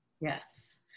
Yes